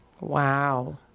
Wow